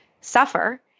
suffer